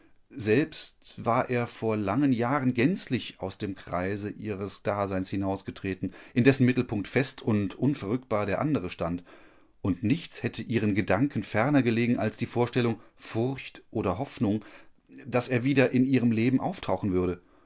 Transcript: selbst war er vor langen jahren gänzlich aus dem kreise ihres daseins hinausgetreten in dessen mittelpunkt fest und unverrückbar der andere stand und nichts hätte ihren gedanken ferner gelegen als die vorstellung furcht oder hoffnung daß er wieder in ihrem leben auftauchen würde